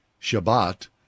Shabbat